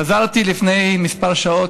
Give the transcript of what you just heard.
חזרתי לפני כמה שעות,